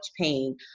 pain